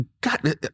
God